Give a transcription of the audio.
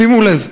שימו לב: